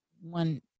one